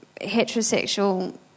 heterosexual